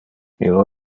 illo